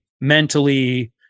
mentally